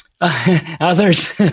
Others